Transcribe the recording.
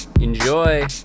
Enjoy